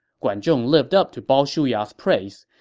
guan zhong lived up to bao shuya's praise,